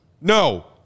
No